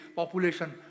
population